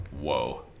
whoa